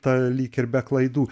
ta lyg ir be klaidų